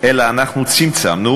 אלא אנחנו צמצמנו,